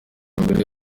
mbere